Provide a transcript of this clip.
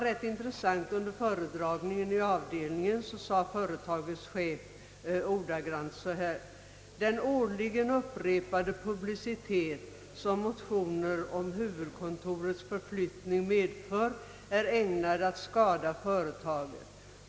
Vid föredragningen i avdelningen sade företagets chef ordagrant följande, vilket jag fann mycket intressant: »Den årligen upprepade publicitet som motioner om huvudkontorets förflyttning medför är ägnad att skada företaget.